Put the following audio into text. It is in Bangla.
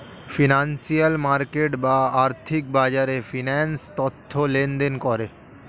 ফিনান্সিয়াল মার্কেট বা আর্থিক বাজারে ফিন্যান্স তথ্য লেনদেন করে